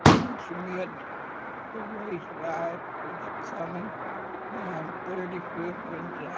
which meant the race riot was coming down thirty fifth and yeah